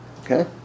okay